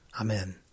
Amen